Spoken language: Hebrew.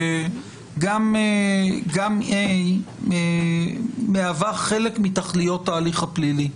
שגם היא מהווה חלק מתכליות ההליך הפלילי.